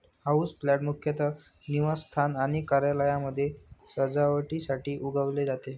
houseplant मुख्यतः निवासस्थान आणि कार्यालयांमध्ये सजावटीसाठी उगवले जाते